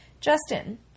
Justin